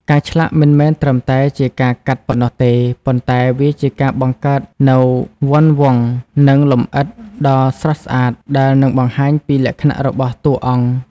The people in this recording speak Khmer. ការឆ្លាក់មិនមែនត្រឹមតែជាការកាត់ប៉ុណ្ណោះទេ ប៉ុន្តែវាជាការបង្កើតនូវវណ្ឌវង្កនិងលម្អិតដ៏ស្រស់ស្អាតដែលនឹងបង្ហាញពីលក្ខណៈរបស់តួអង្គ។